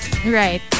Right